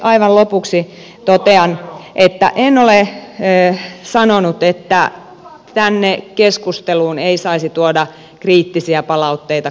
aivan lopuksi totean että en ole sanonut että tänne keskusteluun ei saisi tuoda kriittisiä palautteita kansalaisilta